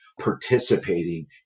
participating